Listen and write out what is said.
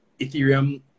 Ethereum